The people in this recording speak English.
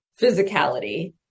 physicality